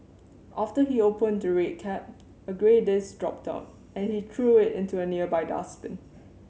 after he opened the red cap a grey disc dropped out and he threw it into a nearby dustbin